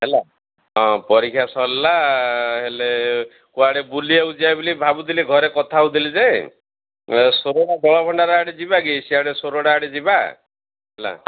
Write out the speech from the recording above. ହେଲା ହଁ ପରୀକ୍ଷା ସରିଲା ହେଲେ କୁଆଡ଼େ ବୁଲିବାକୁ ଯିବା ବୋଲି ଭାବୁଥିଲି ଘରେ କଥା ହେଉଥିଲି ଯେ ଏ ସବୁ ଜଳଭଣ୍ଡାର ଆଡ଼େ ଯିବା କି ସିଆଡ଼େ ସୋରଡା ଆଡ଼େ ଯିବା ହେଲା